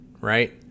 right